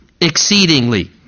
exceedingly